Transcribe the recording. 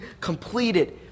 completed